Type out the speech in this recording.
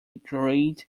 grade